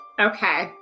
Okay